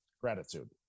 gratitude